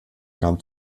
kam